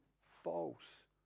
false